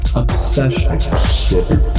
obsession